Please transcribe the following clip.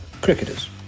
Cricketers